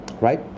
right